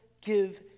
give